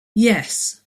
yes